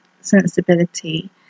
sensibility